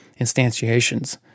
instantiations